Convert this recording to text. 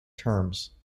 terms